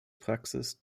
praxis